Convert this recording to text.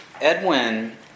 Edwin